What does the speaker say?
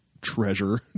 treasure